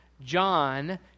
John